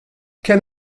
kemm